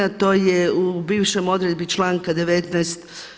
To je u bivšoj odredbi članka 19.